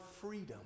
freedom